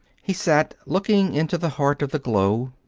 he sat looking into the heart of the glow.